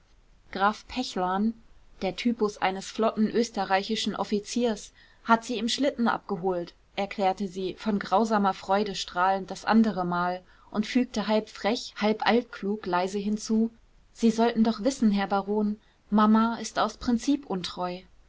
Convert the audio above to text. graf pechlarn der typus eines flotten österreichischen offiziers hat sie im schlitten abgeholt erklärte sie von grausamer freude strahlend das andere mal und fügte halb frech halb altklug leise hinzu sie sollten doch wissen herr baron mama ist aus prinzip untreu